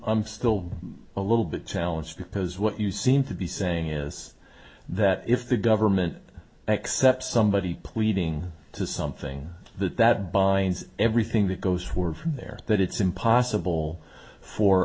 'm still a little bit challenged because what you seem to be saying is that if the government accepts somebody pleading to something that that binds everything that goes forward from there that it's impossible for